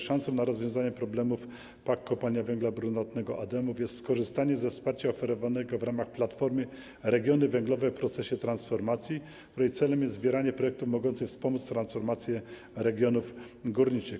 Szansą na rozwiązanie problemów PAK, Kopalni Węgla Brunatnego Adamów jest skorzystanie ze wsparcia oferowanego w ramach Platformy Regionów Górniczych w Procesie Transformacji, której celem jest zbieranie projektów mogących wspomóc transformację regionów górniczych.